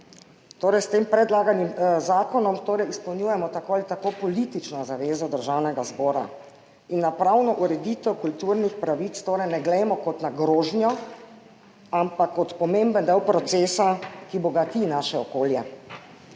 S tem predlaganim zakonom tako ali tako izpolnjujemo politično zavezo Državnega zbora in na pravno ureditev kulturnih pravic torej ne glejmo kot na grožnjo, ampak kot pomemben del procesa, ki bogati naše okolje.